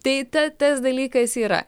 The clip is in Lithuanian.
tai ta tas dalykas yra